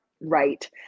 right